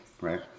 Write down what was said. right